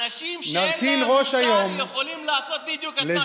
אנשים שאין להם מוסר יכולים לעשות בדיוק את מה שאתה עושה.